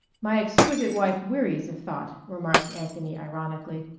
my exquisite wife wearies of thought, remarked anthony ironically.